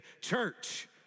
church